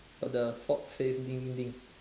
but the folks say ding ding ding